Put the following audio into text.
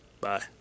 Bye